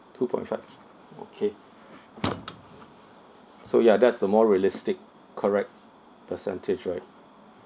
two point five okay so ya that's the more realistic correct percentage right